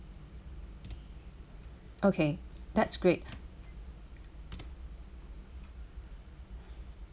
okay that's great